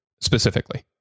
specifically